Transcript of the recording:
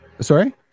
sorry